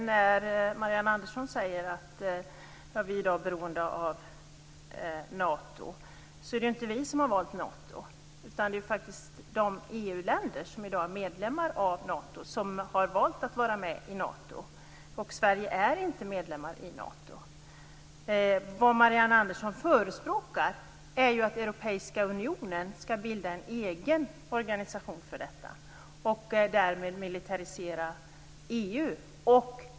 När Marianne Andersson säger att vi i dag är beroende av Nato så är det ju inte vi som har valt Nato, utan det är faktiskt de EU-länder som i dag är medlemmar i Nato som har valt att vara med i Andersson förespråkar är ju att Europeiska unionen skall bilda en egen organisation för detta och därmed militärisera EU.